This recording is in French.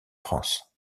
france